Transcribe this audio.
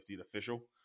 Official